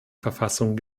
verfassung